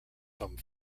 some